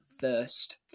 first